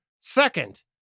Second